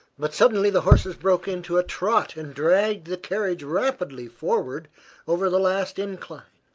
but suddenly the horses broke into a trot and dragged the carriage rapidly forward over the last incline.